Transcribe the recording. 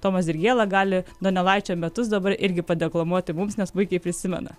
tomas dirgėla gali donelaičio metus dabar irgi padeklamuoti mums nes puikiai prisimena